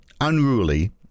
Unruly